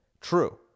True